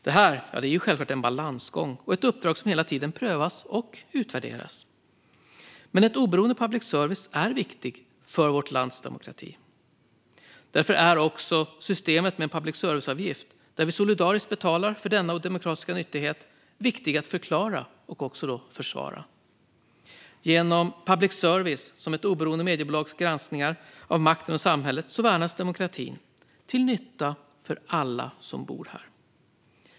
Detta är självklart en balansgång och ett uppdrag som hela tiden prövas och utvärderas, men en oberoende public service är viktig för vårt lands demokrati. Därför är också systemet med en public service-avgift, där vi solidariskt betalar för denna demokratiska nyttighet, viktigt att förklara och försvara. Genom granskningar från public service, som ett oberoende mediebolag, av makten och samhället värnas demokratin, till nytta för alla som bor här.